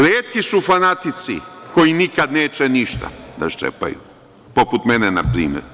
Retki su fanatici koji nikad neće ništa da ščepaju, poput mene na primer.